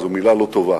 זאת מלה לא טובה,